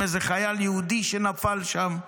עם איזה חייל יהודי שנפל שם,